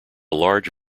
large